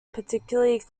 particularly